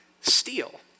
steal